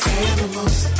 animals